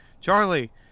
Charlie